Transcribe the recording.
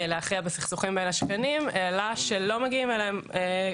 להכריע בסכסוכים בין השכנים העלה שהם כמעט